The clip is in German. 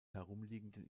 herumliegenden